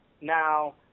Now